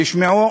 תשמעו,